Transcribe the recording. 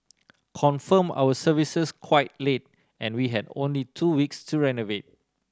confirmed our services quite late and we had only two weeks to renovate